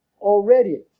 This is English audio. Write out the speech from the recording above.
already